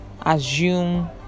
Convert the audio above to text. assume